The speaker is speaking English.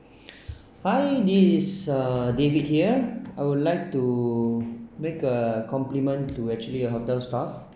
hi this is uh david here I would like to make a compliment to actually your hotel staff